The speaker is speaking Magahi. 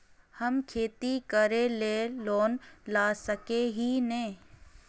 हम खेती करे ले लोन ला सके है नय?